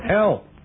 Help